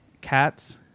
cats